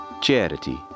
Charity